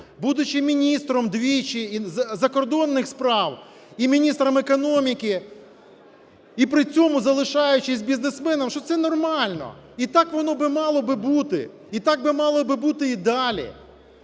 будучи міністром двічі і закордонних справ, і міністром економіки, і при цьому залишаючись бізнесменом, що це нормально. І так воно би мало би бути. І так би мало би бути і далі.